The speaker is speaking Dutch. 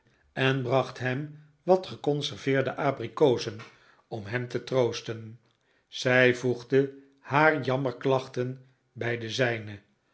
en bracht hem wat geconserveerde abrikozen om hem te troosten zij voegde haar jammerklachten bij de zijne